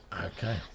Okay